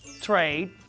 Trade